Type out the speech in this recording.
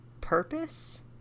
purpose